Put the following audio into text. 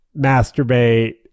masturbate